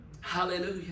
Hallelujah